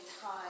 time